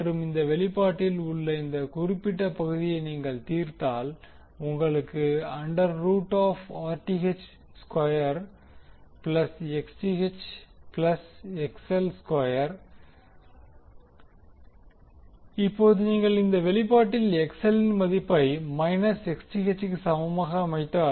மற்றும் இந்த வெளிப்பாட்டில் உள்ள இந்த குறிப்பிட்ட பகுதியை நீங்கள் தீர்த்தால் உங்களுக்கு under root of Rth square plus Xth plus XL square இப்போது நீங்கள் இந்த வெளிப்பாட்டில் XL ன் மதிப்பை மைனஸ் Xth கு சமமாக அமைத்தால்